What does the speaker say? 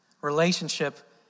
Relationship